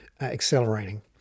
accelerating